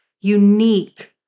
Unique